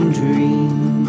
dream